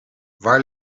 waar